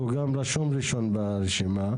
הוא גם רשום ראשון ברשימה.